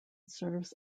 serves